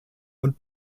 und